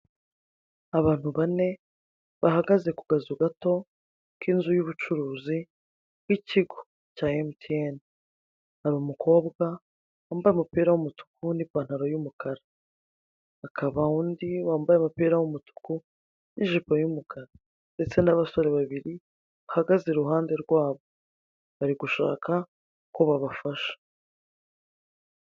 Abantu bane bahagaze ku kazu gato k'inzu y'ubucuruzi y'ikigo cya Emutiyeni hari umukobwa wambaye umupira w'umutuku n'ipantaro y'umukara, hakaba undi wambaye umupira w'umutuku n'ijipo y'umukara ndetse n'abasore babiri bahagaze i ruhande rwabo, bari gushaka ko babafasha.